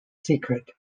secret